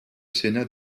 sénat